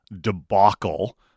debacle